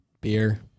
Beer